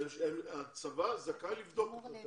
הצבא זכאי לבדוק.